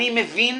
אני מבין,